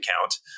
account